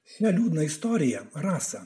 šią liūdną istoriją rasa